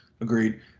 Agreed